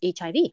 HIV